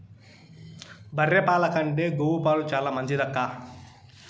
బర్రె పాల కంటే గోవు పాలు చాలా మంచిదక్కా